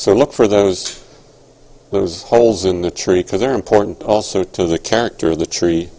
so look for those those holes in the tree because they're important also to the character of the tree